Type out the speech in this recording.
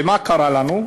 ומה קרה לנו?